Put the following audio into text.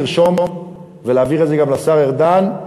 לרשום ולהעביר את זה גם לשר ארדן,